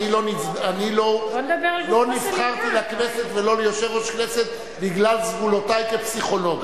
אני לא נבחרתי לכנסת ולא ליושב-ראש כנסת בגלל סגולותי כפסיכולוג.